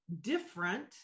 different